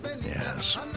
Yes